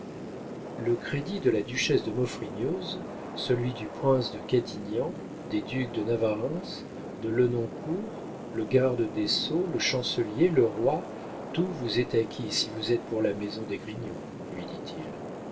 le crédit de la duchesse de maufrigneuse celui du prince de cadignan des ducs de navarreins de lenoncourt le garde des sceaux le chancelier le roi tout vous est acquis si vous êtes pour la maison d'esgrignon lui dit-il